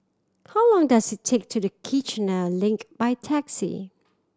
how long does it take to the Kiichener Link by taxi